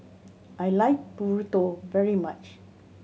I like Burrito very much